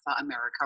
America